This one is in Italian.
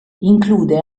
include